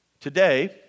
Today